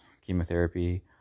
chemotherapy